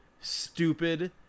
stupid